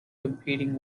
competing